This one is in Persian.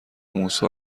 موسی